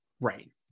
Right